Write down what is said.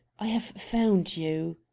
i have found you!